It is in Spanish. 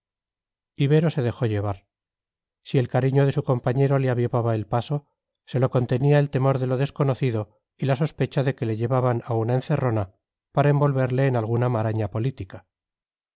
ibero se dejó llevar si el cariño de su compañero le avivaba el paso se lo contenía el temor de lo desconocido y la sospecha de que le llevaban a una encerrona para envolverle en alguna maraña política